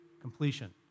completion